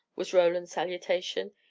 was roland's salutation.